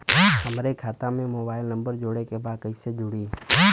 हमारे खाता मे मोबाइल नम्बर जोड़े के बा कैसे जुड़ी?